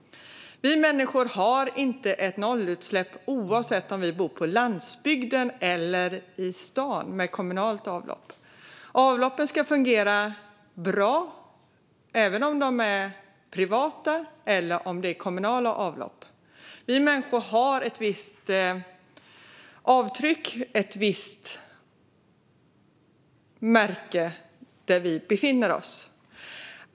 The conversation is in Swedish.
Vi människor har inte ett nollutsläpp oavsett om vi bor på landsbygden eller i stan med kommunalt avlopp. Avloppen ska fungera bra oavsett om de är privata eller kommunala. Vi människor gör ett visst avtryck, ett visst märke, där vi befinner oss.